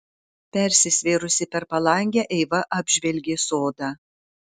persisvėrusi per palangę eiva apžvelgė sodą